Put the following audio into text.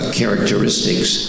characteristics